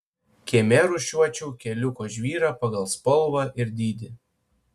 kieme rūšiuočiau keliuko žvyrą pagal spalvą ir dydį